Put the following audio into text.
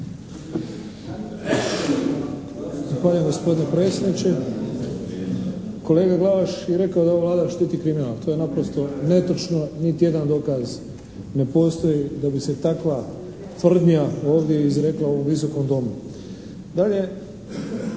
gospodine predsjedniče. Kolega Glavaš je rekao da ova Vlada štiti kriminal. To je naprosto netočno, niti jedan dokaz ne postoji da bi se takva tvrdnja ovdje izrekla u ovom Visokom domu. Dalje,